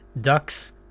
Ducks